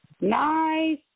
Nice